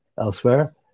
Elsewhere